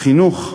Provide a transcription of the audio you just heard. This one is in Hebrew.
החינוך,